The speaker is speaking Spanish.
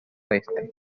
este